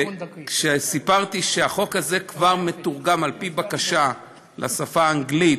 כשסיפרתי שהחוק הזה כבר מתורגם על-פי בקשה לשפה האנגלית,